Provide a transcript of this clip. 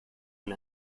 and